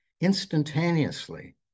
instantaneously